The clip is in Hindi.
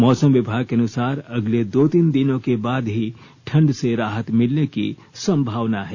मौसम विभाग के अनुसार अगले दो तीन दिनों के बाद ही ठंड से राहत मिलने की संभावना है